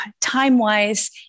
time-wise